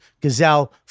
gazelle